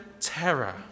terror